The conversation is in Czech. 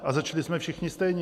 A začali jsme všichni stejně.